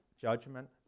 judgment